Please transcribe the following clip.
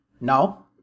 Now